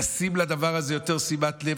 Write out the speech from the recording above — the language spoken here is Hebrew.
לתת לדבר הזה יותר שימת לב.